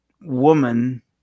woman